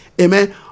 amen